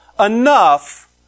enough